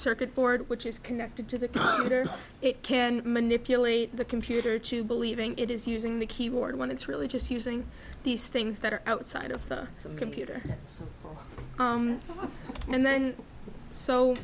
circuit board which is connected to the computer it can manipulate the computer to believing it is using the keyboard when it's really just using these things that are outside of some computer and then so